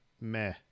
Meh